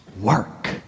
work